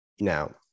Now